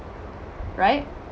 right